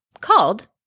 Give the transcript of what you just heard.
called